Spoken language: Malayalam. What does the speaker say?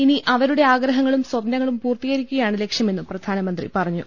ഇനി അവരുടെ ആഗ്രഹ ങ്ങളും സ്പ്നങ്ങളും പൂർത്തീകരിക്കുകയാണ് ലക്ഷ്യമെന്നും പ്രധാനമന്ത്രി പറഞ്ഞു